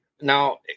Now